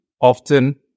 often